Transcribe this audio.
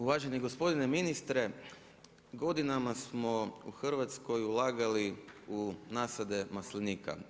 Uvaženi gospodine ministre, godinama smo u Hrvatskoj ulagali u nasade maslinika.